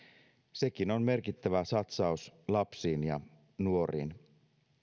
sekin on merkittävä satsaus lapsiin ja nuoriin